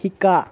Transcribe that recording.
শিকা